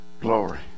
Glory